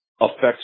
affects